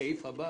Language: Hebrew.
"סעיף הבא"